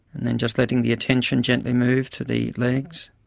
and then just letting the attention gently move to the legs,